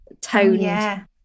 toned